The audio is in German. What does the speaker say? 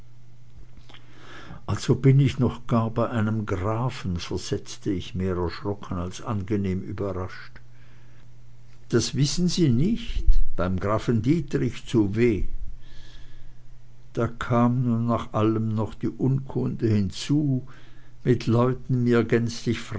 also bin ich gar noch bei einem grafen versetzte ich mehr erschrocken als angenehm überrascht das wissen sie nicht beim grafen dietrich zu w berg da kam nun nach allem noch die unkunde hinzu mit leuten mir